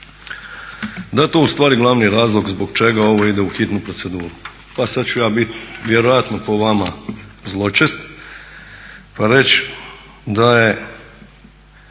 je to ustvari glavni razlog zbog čega ovo ide u hitnu proceduru. Pa sad ću ja biti, vjerojatno po vama zločest, pa reći da je